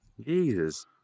Jesus